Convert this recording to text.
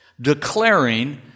declaring